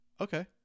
Okay